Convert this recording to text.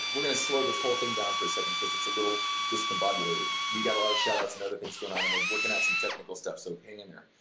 we're gonna slow this whole thing down for a second, because it's a little discombobulated. we've got a lot of shout-outs and other things going on and we're working out some technical stuff so hang in there,